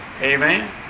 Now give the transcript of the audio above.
Amen